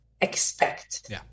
expect